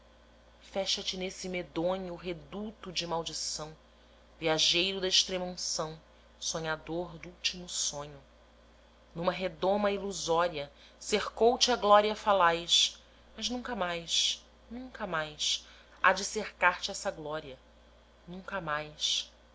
fecha te nesse medonho redudo de maldição viajeiro da extrema-unção sonhador do último sonho numa redoma ilusória cercou te a glória falaz mas nunca mais nunca mais há de cercar te essa glória nunca mais